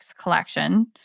collection